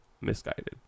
misguided